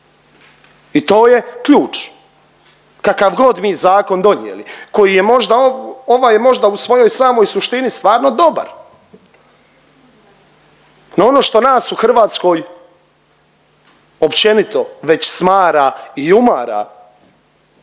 i to je ključ. Kakav god mi zakon donijeli, koji je možda, ovaj je možda u svojoj samoj suštini stvarno dobar, no ono što nas u Hrvatskoj općenito već smara i umara